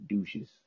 douches